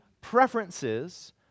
preferences